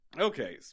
Okay